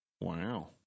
Wow